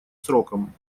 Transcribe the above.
сроком